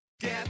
Get